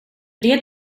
det